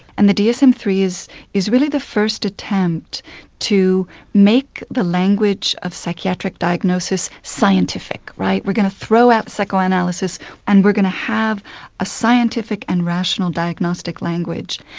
and the dsm-iii is is really the first attempt to make the language of psychiatric diagnosis scientific, right? we're going to throw out psychoanalysis and we're going to have a scientific and rational diagnostic language.